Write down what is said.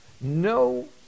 no